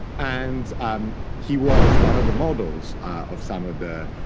and um he was one of the models of some of the